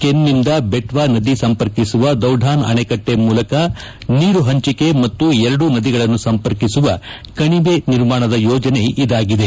ಕೆನ್ನಿಂದ ಬೆಟ್ಟಾ ನದಿ ಸಂಪರ್ಕಿಸುವ ದೌಢಾನ್ ಅಣೆಕಟ್ಟೆ ಮೂಲಕ ನೀರು ಹಂಚಿಕೆ ಮತ್ತು ಎರಡೂ ನದಿಗಳನ್ನು ಸಂಪರ್ಕಿಸುವ ಕಣಿವೆ ನಿರ್ಮಾಣದ ಯೋಜನೆ ಇದಾಗಿದೆ